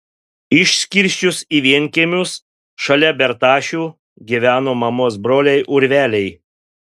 išskirsčius į vienkiemius šalia bertašių gyveno mamos broliai urveliai